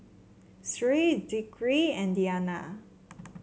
Sri Zikri and Diyana